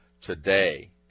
today